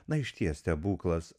na išties stebuklas